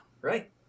Right